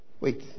Wait